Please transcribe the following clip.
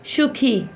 সুখী